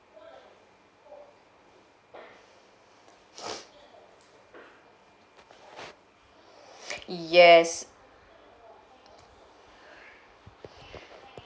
yes